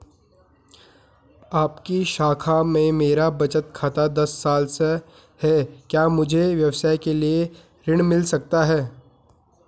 आपकी शाखा में मेरा बचत खाता दस साल से है क्या मुझे व्यवसाय के लिए ऋण मिल सकता है?